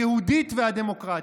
היהודית והדמוקרטית.